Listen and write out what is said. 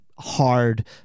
hard